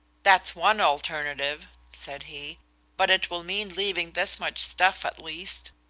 that's one alternative, said he but it will mean leaving this much stuff at least,